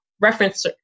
reference